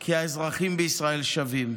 כי האזרחים בישראל שווים,